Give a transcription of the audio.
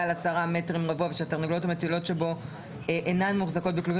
על 10 מטרים רבועים ושהתרנגולות המטילות שבו אינן מוחזקות בכלובים